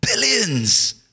billions